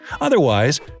Otherwise